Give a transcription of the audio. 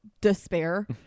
despair